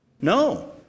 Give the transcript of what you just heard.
No